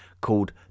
called